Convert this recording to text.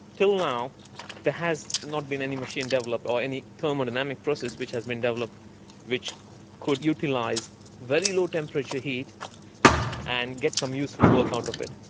until now there has not been any machine developed or any thermal dynamic process which has been developed which could utilise very low temperature heat and get some useful work out of it.